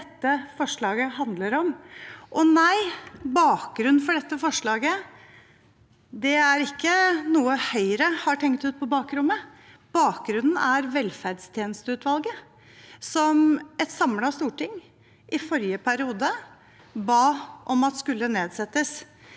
dette forslaget handler om. Bakgrunnen for dette forslaget er ikke noe Høyre har tenkt ut på bakrommet. Bakgrunnen er velferdstjenesteutvalget, som et samlet storting i forrige periode ba om at skulle nedsettes.